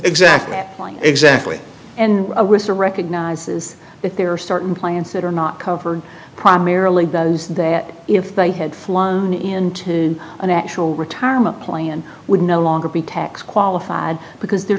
exactly like exactly and with a recognizes that there are certain plans that are not covered primarily those that if they had flown into an actual retirement plan would no longer be tax qualified because their